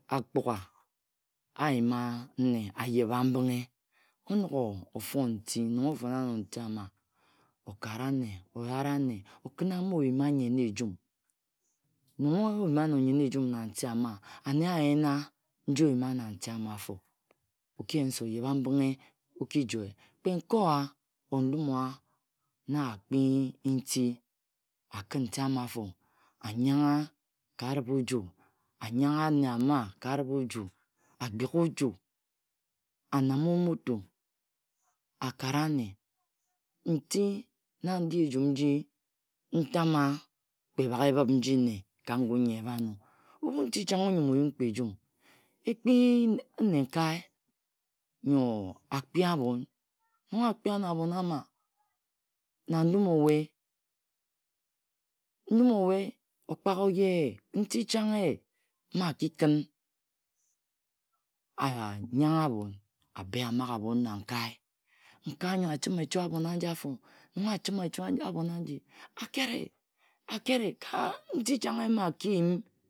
Akpugha ayima nne ayebhambinghe. Onogho-fon nti nong ofona-nor uti ama okara ane, oyare ane, okinna mma oyima nyen ejum Nong oyima-ano nyen ejum na nti ama. Anne ayena nji-oyima na nti ama-afo. Okiyen se oyebhambinghe oki joe. Kpe nkae-owa or ndum owa na akpi nti, akin nti ama-fo anyanghe ane ama ka aribh-oju, agbeg oju, anamma onutu akara anne. Nti na ndi ejun nji atama kpe bhak ebhib nyi nne ka ngun nyi ebha-no. Ebhu nti changha onyin oyim kpe-jum. Ekpi nnenkae nyo akpi abhon. Nong akpi amo abhon ama. na ndum owe, ndum owe okpat oyeye, nti chang ye mma akikin anyanghe abhom. Abe amaghe abhom na nkae. Nkae anyo achime echoe abhom aji-afo. nong achime echoe abhon aji, akene akepe ka nti chang ye mma akiyim